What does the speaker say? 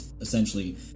essentially